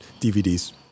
DVDs